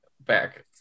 back